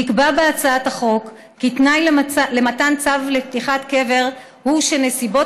נקבע בהצעת החוק כי תנאי למתן צו לפתיחת קבר הוא שהנסיבות